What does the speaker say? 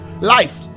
life